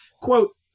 quote